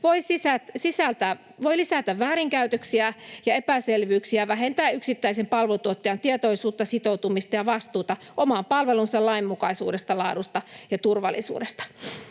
voi lisätä väärinkäytöksiä ja epäselvyyksiä ja vähentää yksittäisen palveluntuottajan tietoisuutta, sitoutumista ja vastuuta oman palvelunsa lainmukaisuudesta, laadusta ja turvallisuudesta.